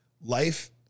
life